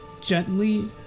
gently